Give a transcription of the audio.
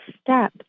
step